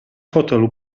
hotelu